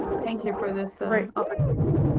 thank you for this opportunity.